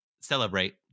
celebrate